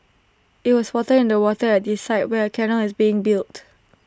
IT was spotted in the water at the site where A canal is being built